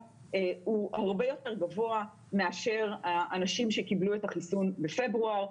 הוא הרבה יותר גבוה מאשר האנשים שקיבלו את החיסון בפברואר,